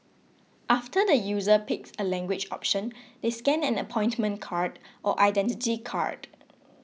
after the user picks a language option they scan an appointment card or Identity Card